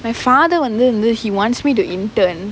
my father வந்து:vanthu he wants me to intern